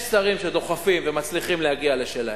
יש שרים שדוחפים ומצליחים להגיע לשלהם,